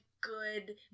good